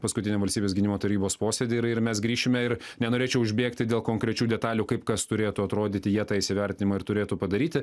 paskutiniam valstybės gynimo tarybos posėdy ir ir mes grįšime ir nenorėčiau užbėgti dėl konkrečių detalių kaip kas turėtų atrodyti jie tą įsivertinimą ir turėtų padaryti